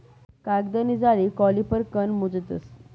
कागदनी जाडी कॉलिपर कन मोजतस